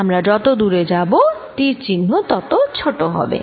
আমরা যত দূরে যাব তীর চিহ্ন তত ছোট হবে